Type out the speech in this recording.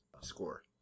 Score